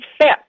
fit